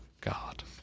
God